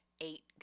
eight